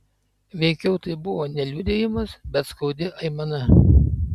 veikiau tai buvo ne liudijimas bet skaudi aimana